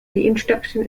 introduction